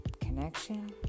connection